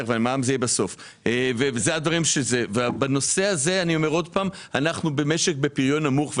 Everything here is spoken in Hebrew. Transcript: בנושא הזה אנחנו משק בפריון נמוך,